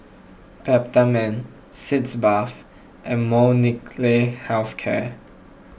Peptamen Sitz Bath and Molnylcke Health Care